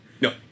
No